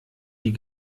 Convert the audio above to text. die